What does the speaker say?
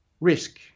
risk